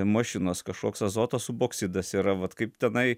mašinos kažkoks azoto suboksidas yra vat kaip tenai